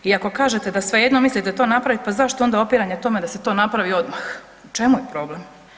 I ako kažete da svejedno mislite to napraviti, pa zašto onda opiranje tome da se to napravi odmah, u čemu je problem?